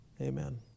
Amen